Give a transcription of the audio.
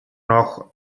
noch